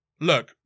Look